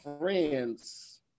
friends